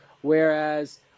whereas